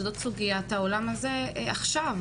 שזאת הסוגיה בעולם הזה עכשיו,